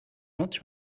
much